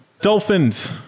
dolphins